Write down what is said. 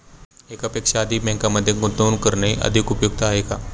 एकापेक्षा अधिक बँकांमध्ये गुंतवणूक करणे अधिक उपयुक्त आहे का?